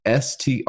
STR